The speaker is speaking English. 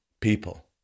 people